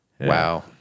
Wow